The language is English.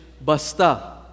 basta